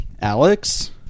alex